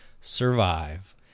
survive